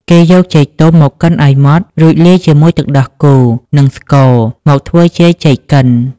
គេយកចេកទុំមកកិនឲ្យម៉ត់ រួចលាយជាមួយទឹកដោះគោ និងស្ករ មកធ្វើជាចេកកិន។